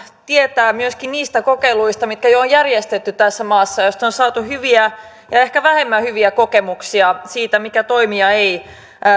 tietää myöskin niistä kokeiluista mitkä jo on järjestetty tässä maassa joista on saatu hyviä ja ja ehkä vähemmän hyviä kokemuksia siitä mikä